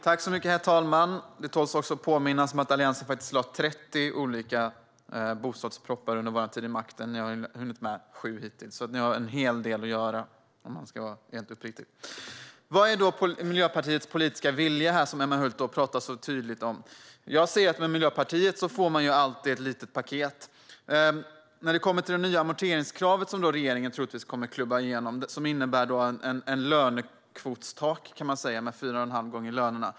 Herr talman! Låt mig påminna om att Alliansen lade fram 30 olika bostadspropositioner under sin tid vid makten. Ni har hunnit med sju hittills. Om man ska vara helt uppriktig har ni en hel del att göra. Vad är Miljöpartiets politiska vilja, som ju Emma Hult framhåller? Med Miljöpartiet tycker jag att man alltid får ett litet paket. Det nya amorteringskravet, som regeringen troligtvis kommer att klubba igenom, innebär ett lönekvotstak på fyra och en halv gånger lönen.